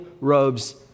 robes